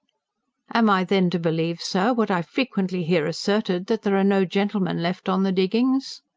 am i then to believe, sir, what i frequently hear asserted, that there are no gentlemen left on the diggings?